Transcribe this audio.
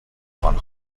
one